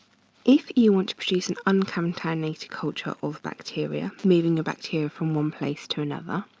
if you want to produce an uncontaminated culture of bacteria, moving your bacteria from one place to another,